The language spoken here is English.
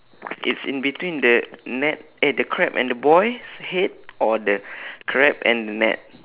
it's in between the net eh the crab and the boy's head or the crab and the net